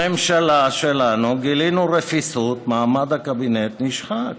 הממשלה שלנו, גילינו רפיסות, מעמד הקבינט נשחק.